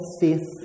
faith